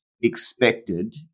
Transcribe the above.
expected